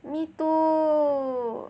me too